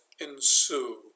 ensue